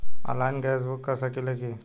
Online gas book कर सकिले की?